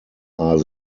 are